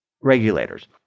regulators